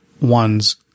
one's